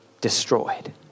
destroyed